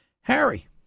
Harry